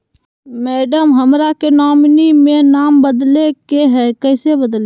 madam, हमरा के nominee में नाम बदले के हैं, कैसे बदलिए